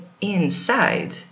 inside